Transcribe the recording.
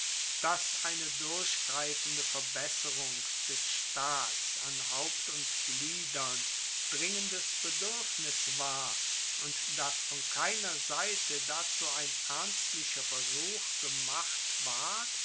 dass eine durchgreifende verbesserung des staats an haupt und gliedern dringendes beduerfnis war und dass von keiner seite dazu ein ernstlicher versuch gemacht ward